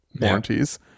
warranties